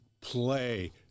Play